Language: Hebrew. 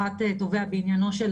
ההסכמה בחריגים אם אין לנו את